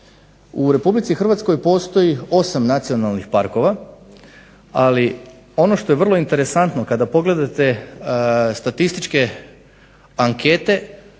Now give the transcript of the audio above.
U Republici Hrvatskoj postoji 8 nacionalnih parkova, ali ono što je vrlo interesantno kada pogledate statističke ankete